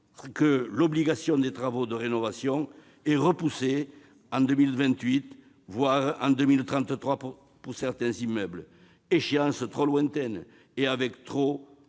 que l'obligation des travaux de rénovation est repoussée en 2028, voire, pour certains immeubles, en 2033- échéances trop lointaines, assorties